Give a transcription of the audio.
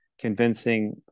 convincing